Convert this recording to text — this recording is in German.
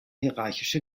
hierarchische